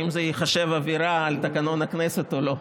האם זה ייחשב עבירה על תקנון הכנסת או לא?